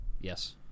Yes